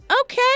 okay